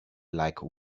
like